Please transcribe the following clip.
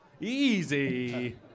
Easy